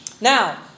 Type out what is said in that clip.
now